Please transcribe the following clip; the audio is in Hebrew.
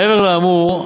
מעבר לאמור,